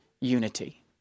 unity